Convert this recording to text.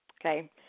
Okay